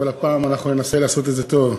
אבל הפעם אנחנו ננסה לעשות את זה טוב.